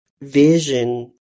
vision